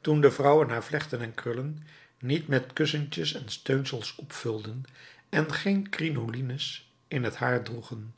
toen de vrouwen haar vlechten en krullen niet met kussentjes en steunsels opvulden en geen crinolines in het haar droegen